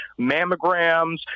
mammograms